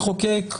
זה שהמחוקק,